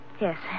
Yes